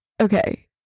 Okay